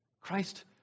Christ